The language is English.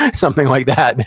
ah something like that. then,